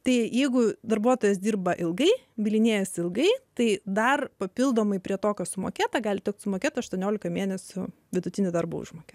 tai jeigu darbuotojas dirba ilgai bylinėjasi ilgai tai dar papildomai prie tokios sumokėtą gali tekti sumokėti aštuoniolika mėnesių vidutinį darbo užmokėti